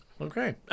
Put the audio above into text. Okay